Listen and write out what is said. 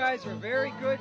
guys are very good